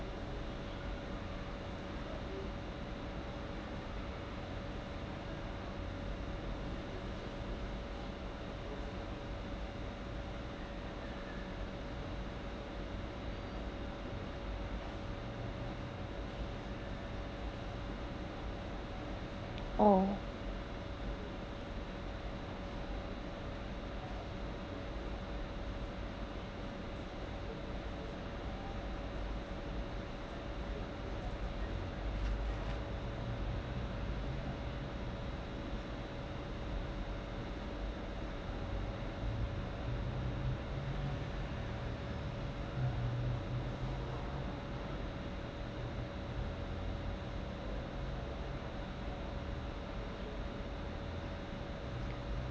oh